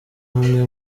umwe